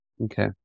Okay